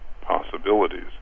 possibilities